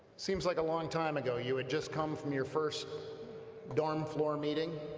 seems like a long time ago, you had just come from your first dorm floor meeting